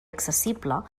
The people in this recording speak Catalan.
accessible